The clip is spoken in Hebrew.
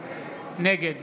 נגד